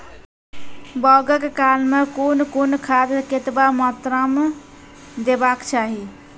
बौगक काल मे कून कून खाद केतबा मात्राम देबाक चाही?